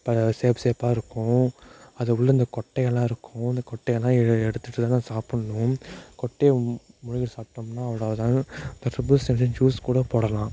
இப்போ அது ஷேப் ஷேப்பாக இருக்கும் அது உள்ளே இந்த கொட்டையெல்லாம் இருக்கும் அந்த கொட்டையெல்லாம் எடுத்துவிட்டுதான் நம்ம சாப்புடணும் கொட்டையை முழுங்கி சாப்பிட்டோம்னா அவ்வளோதான் தர்பூசணி ஜூஸ் கூட போடலாம்